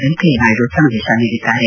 ವೆಂಕಯ್ಯ ನಾಯ್ಡು ಸಂದೇಶ ನೀಡಿದ್ದಾರೆ